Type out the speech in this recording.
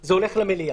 זה הולך למליאה.